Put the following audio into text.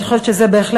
אני חושבת שבהחלט,